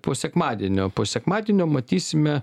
po sekmadienio po sekmadienio matysime